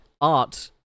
art